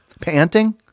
Panting